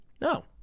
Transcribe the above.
No